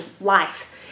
life